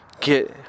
get